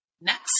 Next